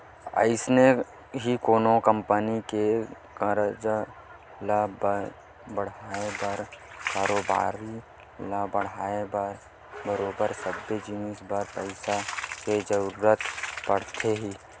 अइसने ही कोनो कंपनी के कारज ल बड़हाय बर कारोबारी ल बड़हाय बर बरोबर सबे जिनिस बर पइसा के जरुरत पड़थे ही